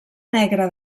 negre